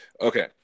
Okay